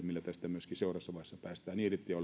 tästä myöskin seuraavassa vaiheessa päästään irti